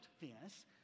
Venus